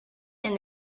and